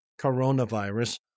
coronavirus